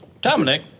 Dominic